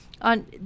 on